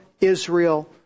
Israel